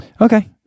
Okay